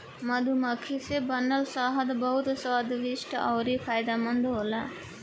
मधुमक्खी से बनल शहद बहुत स्वादिष्ट अउरी फायदामंद होला